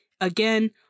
Again